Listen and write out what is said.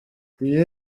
iyo